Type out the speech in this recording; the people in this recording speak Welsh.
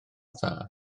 dda